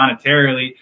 monetarily